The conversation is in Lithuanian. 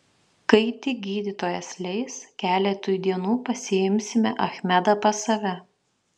kai tik gydytojas leis keletui dienų pasiimsime achmedą pas save